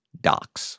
docs